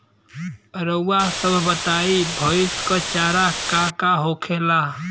रउआ सभ बताई भईस क चारा का का होखेला?